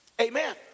Amen